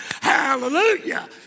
Hallelujah